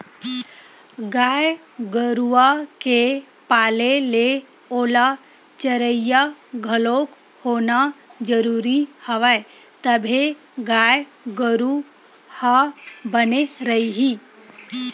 गाय गरुवा के पाले ले ओला चरइया घलोक होना जरुरी हवय तभे गाय गरु ह बने रइही